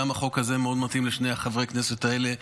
גם החוק הזה מאוד מתאים לשני חברי הכנסת האלה,